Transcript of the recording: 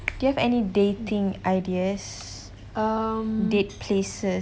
do you have dating ideas date places